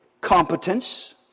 competence